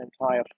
entire